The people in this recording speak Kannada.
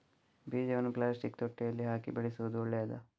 ಬೀಜವನ್ನು ಪ್ಲಾಸ್ಟಿಕ್ ತೊಟ್ಟೆಯಲ್ಲಿ ಹಾಕಿ ಬೆಳೆಸುವುದು ಒಳ್ಳೆಯದಾ?